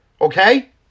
Okay